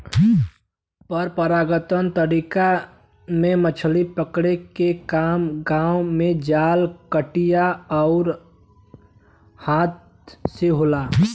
परंपरागत तरीका में मछरी पकड़े के काम गांव में जाल, कटिया आउर हाथ से होला